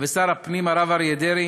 ושר הפנים הרב אריה דרעי